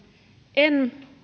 en